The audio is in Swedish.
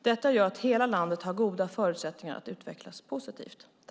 Detta gör att hela landet har goda förutsättningar att utvecklas positivt.